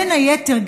בין היתר,